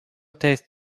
taste